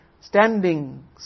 Standing